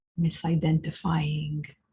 misidentifying